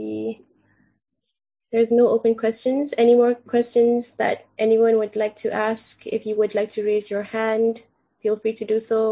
see there's no open questions any more questions that anyone would like to ask if you would like to raise your hand feel free to do so